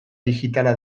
digitala